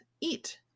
eat